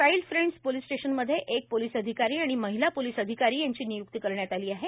child friends police स्टेशनमध्ये एक police अधिकारी आणि महिला पोलीस अधिकारी यांची नियुक्ती करण्यात आली आहे